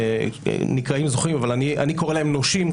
הם נקראים זוכים אבל אני קורא להם נושים,